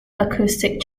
acoustic